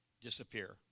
Disappear